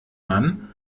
man